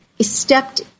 stepped